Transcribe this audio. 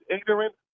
ignorant